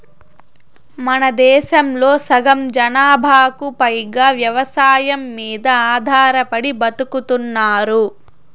మనదేశంలో సగం జనాభాకు పైగా వ్యవసాయం మీద ఆధారపడి బతుకుతున్నారు